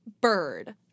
bird